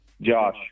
Josh